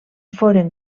foren